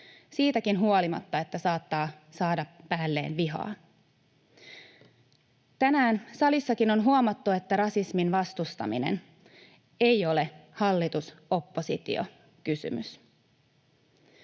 siitäkin huolimatta, että saattaa saada päälleen vihaa. Tänään salissakin on huomattu, että rasismin vastustaminen ei ole hallitus—oppositio-kysymys.